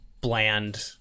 bland